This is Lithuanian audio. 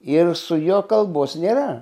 ir su juo kalbos nėra